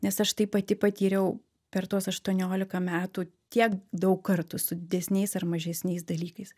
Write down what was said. nes aš tai pati patyriau per tuos aštuoniolika metų tiek daug kartų su didesniais ar mažesniais dalykais